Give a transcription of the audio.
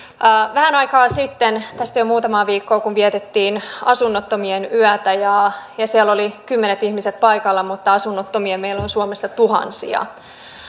vähän aikaa sitten tästä ei ole kuin muutama viikko vietettiin asunnottomien yötä ja ja siellä oli kymmeniä ihmisiä paikalla mutta asunnottomia meillä on suomessa tuhansia